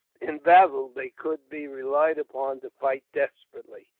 in battle they could be relied upon to fight desperately,